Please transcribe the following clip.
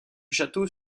château